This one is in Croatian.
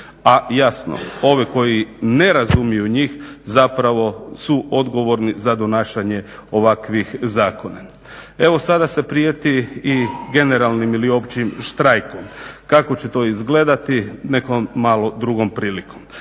A jasno, ove koji ne razumiju njih zapravo su odgovorni za donašanje ovakvih zakona. Evo sada se prijeti i generalnim ili općim štrajkom. Kako će to izgledati, nekom malo drugom prilikom.